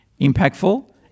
impactful